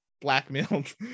blackmailed